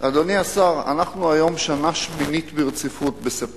אדוני השר, אנחנו היום, שנה שמינית ברציפות, בוא